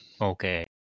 Okay